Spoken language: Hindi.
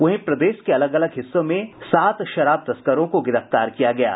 वहीं प्रदेश के अलग अलग हिस्सों से सात शराब तस्करों को गिरफ्तार किया गया है